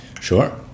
Sure